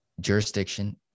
Jurisdiction